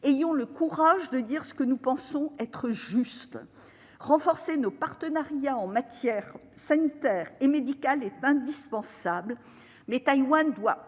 ayons le courage de dire ce que nous pensons être juste. Renforcer nos partenariats en matière sanitaire et médicale est indispensable, mais Taïwan doit